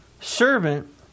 servant